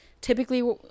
typically –